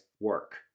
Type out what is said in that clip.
work